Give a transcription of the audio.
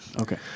okay